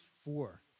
four